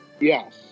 Yes